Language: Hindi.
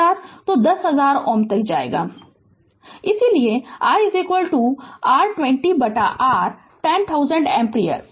Refer Slide Time 3136 इसलिए i r 20 बटा r 10000 एम्पीयर